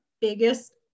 biggest